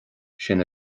sin